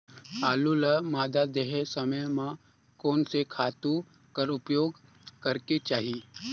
आलू ल मादा देहे समय म कोन से खातु कर प्रयोग करेके चाही?